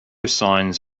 signs